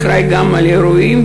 האחראי גם על האירועים,